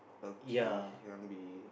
okay you want be